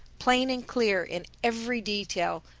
plain and clear in every detail,